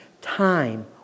Time